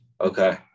okay